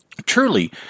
truly